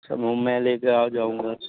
اچھا میں لے کے آ جاؤں گا